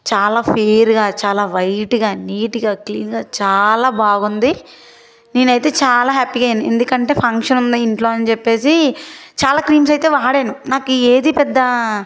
చాలా ఫేర్గా చాలా వైట్గా నీట్గా క్లీన్గా చాలా బాగుంది నేనైతే చాలా హ్యాపీగా అయ్యాను ఎందుకంటే ఫంక్షన్ ఉంది ఇంట్లో అనిచెప్పేసి చాలా క్రీమ్స్ అయితే వాడాను నాకేదీ పెద్ద